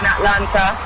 Atlanta